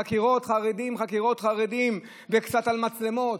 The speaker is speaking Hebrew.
חקירות, חרדים, חקירות, חרדים, וקצת על מצלמות.